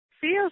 feels